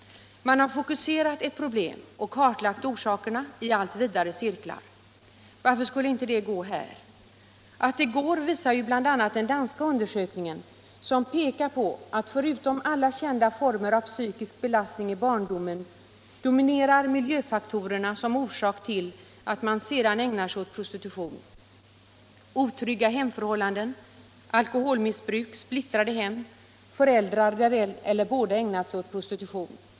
Man har fokuserat ett problem och kartlagt orsakerna i allt vidare cirklar. Varför skulle det inte gå här? Att det går visar ju bl.a. den danska undersökningen. som pekar på att förutom alla andra kända former av psykisk belastning i barndomen dominerar miljöfaktorerna som 207 orsak till att man sedan ägnar sig åt prostitution: otrygga hemförhåltlanden. alkoholmissbruk, splittrade hem. föräldrar där en eller båda ägnat sig åt prostitution.